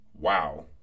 wow